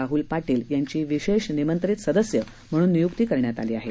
राहूल पाटील यांची विशेष निमंत्रित सदस्य म्हणून नियुक्ती करण्यात आली आहे